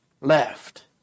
left